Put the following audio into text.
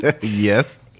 Yes